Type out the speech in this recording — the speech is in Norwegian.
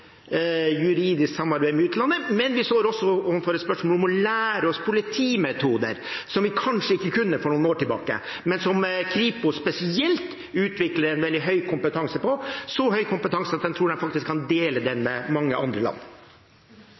juridisk samarbeid med utlandet og et spørsmål om å lære oss politimetoder som vi kanskje ikke kunne for noen år tilbake, men som Kripos spesielt utvikler en veldig høy kompetanse på, en så høy kompetanse at jeg tror faktisk de kan dele den med mange andre land.